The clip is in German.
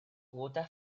roter